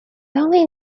only